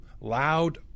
loud